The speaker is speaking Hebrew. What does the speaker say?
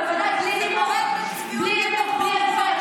מאי, תציעי להם שתחכי להצעת חוק ממשלתית.